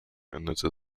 endete